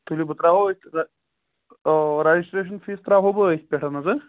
تُلِو بہٕ تراوہو أتھۍ آ رجسٹریشن فیٖس تراوہو بہٕ أتھۍ پٮ۪ٹھ حظ